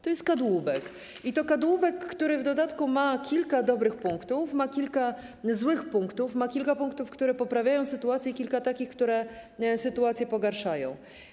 To jest kadłubek, kadłubek, który ma w dodatku kilka dobrych punktów, kilka złych punktów, kilka punktów, które poprawiają sytuację, i kilka takich, które sytuację pogarszają.